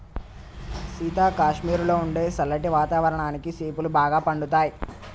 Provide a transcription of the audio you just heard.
సీత కాశ్మీరులో ఉండే సల్లటి వాతావరణానికి సేపులు బాగా పండుతాయి